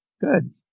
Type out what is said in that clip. Good